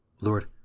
Lord